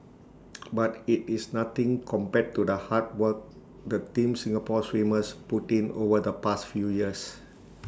but IT is nothing compared to the hard work the Team Singapore swimmers put in over the past few years